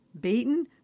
beaten